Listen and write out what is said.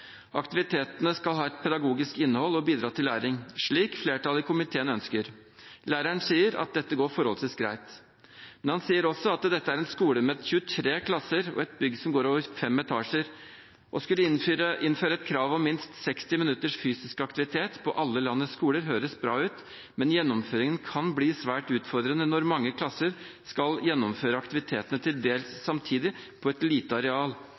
Aktivitetene skal ha et pedagogisk innhold og bidra til læring, slik flertallet i komiteen ønsker. Læreren sier at dette går forholdsvis greit. Men han sier også at dette er en skole med 23 klasser og et bygg som går over 5 etasjer. Å skulle innføre et krav om minst 60 minutter fysisk aktivitet på alle landets skoler høres bra ut, men gjennomføringen kan bli svært utfordrende når mange klasser skal gjennomføre aktivitetene til dels samtidig, på et lite areal.